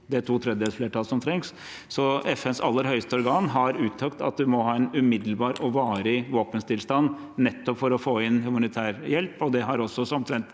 det to tredjedels flertallet som trengs. Så FNs aller høyeste organ har uttrykt at vi må ha en umiddelbar og varig våpenstillstand, nettopp for å få inn humanitær hjelp.